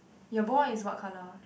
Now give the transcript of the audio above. your ball is what colour